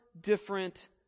different